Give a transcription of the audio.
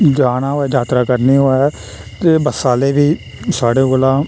जाना होऐ यात्रा करनी होऐ ते बस्सै आह्ले बी साढ़े कोला